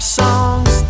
songs